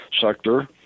sector